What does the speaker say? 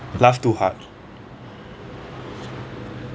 laugh too hard